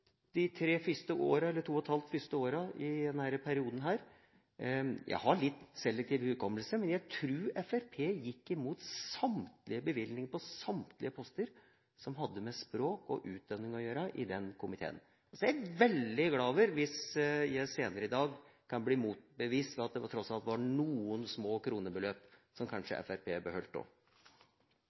de tre – eller to og et halvt – første årene i denne perioden. Jeg har litt selektiv hukommelse, men jeg tror Fremskrittspartiet gikk imot samtlige bevilgninger på samtlige poster som hadde med språk og utdanning å gjøre, i den komiteen. Så jeg blir veldig glad hvis jeg senere i dag kan få det motbevist – at det tross alt var noen små kronebeløp som kanskje Fremskrittspartiet også beholdt.